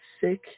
sick